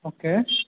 okay